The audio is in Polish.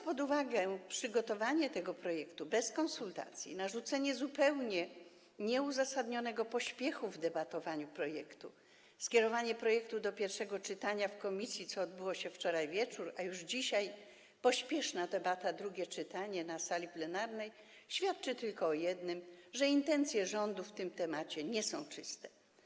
Przygotowanie tego projektu bez konsultacji, narzucenie zupełnie nieuzasadnionego pośpiechu w debatowaniu nad projektem, skierowanie projektu do pierwszego czytania w komisji, co odbyło się wczoraj wieczorem, a dzisiaj pośpieszne debatowanie i drugie czytanie na sali plenarnej - to świadczy tylko o jednym: intencje rządu w tym temacie nie są czyste.